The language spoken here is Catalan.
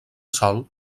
sòl